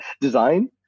design